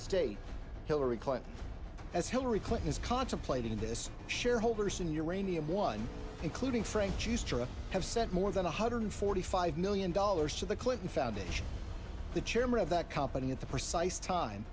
state hillary clinton as hillary clinton is contemplating this shareholders in uranium one including frank have said more than one hundred forty five million dollars to the clinton foundation the chairman of that company at the precise time